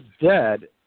dead